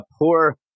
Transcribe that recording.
poor